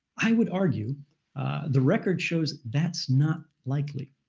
i would argue the record shows that's not likely.